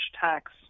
tax